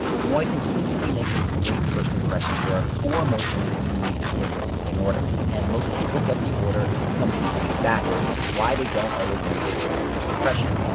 if you want to consistently make a great first impression, there are four emotions that you need to hit in order and most people get the order completely backwards which is why they don't always make a great first impression.